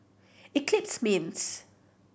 Eclipse Mints